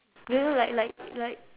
you know like like like